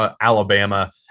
Alabama